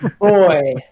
Boy